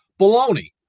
Baloney